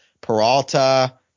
Peralta